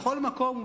בכל מקום,